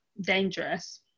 dangerous